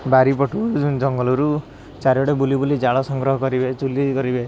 ବାରିପଟୁ ଜଙ୍ଗଲରୁ ଚାରିଆଡ଼ୁ ବୁଲିବୁଲି ଜାଳ ସଂଗ୍ରହ କରିବେ ଚୁଲି କରିବେ